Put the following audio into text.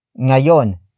ngayon